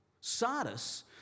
Sardis